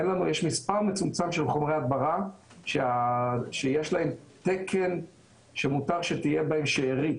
יש מספר מצומצם של חומרי הדברה שיש להם תקן שמותר שתהיה בהם שאריות,